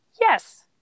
Yes